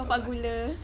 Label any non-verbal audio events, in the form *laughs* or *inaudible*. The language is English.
bapa gula *laughs*